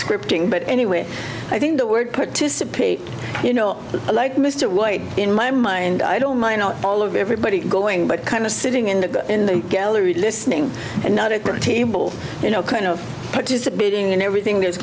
scripting but anyway i think the word participate you know like mr white in my mind i don't mind at all of everybody going but kind of sitting in the in the gallery listening and not a great table you know kind of participating in everything that's